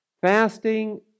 Fasting